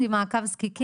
ומעקב זקיקים?